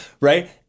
right